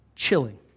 Chilling